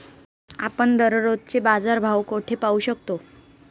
आपण दररोजचे बाजारभाव कोठे पाहू शकतो?